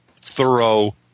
thorough